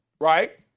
Right